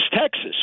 Texas